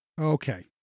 Okay